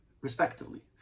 respectively